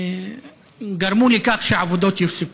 וגרמו לכך שהעבודות יופסקו.